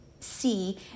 see